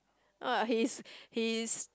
uh his his